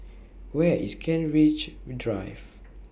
Where IS Kent Ridge Drive